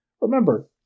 Remember